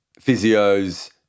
physios